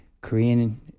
Korean